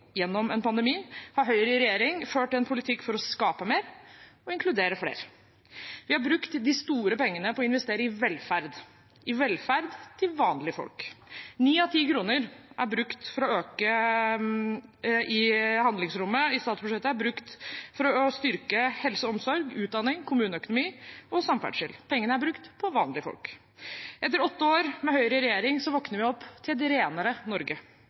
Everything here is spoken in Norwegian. gjennom en pandemi har Høyre i regjering ført en politikk for å skape mer og inkludere flere. Vi har brukt de store pengene på å investere i velferd, i velferd til vanlige folk. Ni av ti kroner av det økte handlingsrommet i statsbudsjettet er brukt til å styrke helse og omsorg, utdanning, kommuneøkonomi og samferdsel. Pengene er brukt på vanlige folk. Etter åtte år med Høyre i regjering våkner vi opp til et renere Norge,